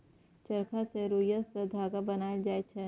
चरखा सँ रुइया सँ धागा बनाएल जाइ छै